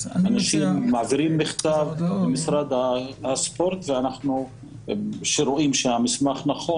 אנשים מעבירים מכתב ממשרד הספורט וכשרואים שהמסמך נכון